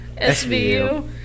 SVU